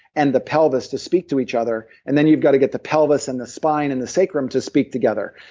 and the pelvis, to speak to each other and then you've got to get the pelvis, and the spine, and the sacrum to speak together.